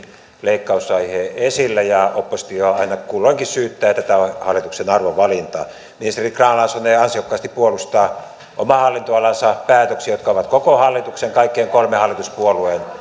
leikkausaihe esillä ja oppositio aina kulloinkin syyttää tätä hallituksen arvovalintaa ministeri grahn laasonen ansiokkaasti puolustaa oman hallintoalansa päätöksiä jotka ovat koko hallituksen kaikkien kolmen hallituspuolueen